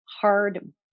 hard